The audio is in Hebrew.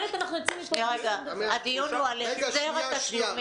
הדיון הוא על החזר התשלומים.